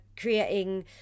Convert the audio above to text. creating